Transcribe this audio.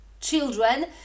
children